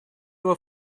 его